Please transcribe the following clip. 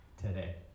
today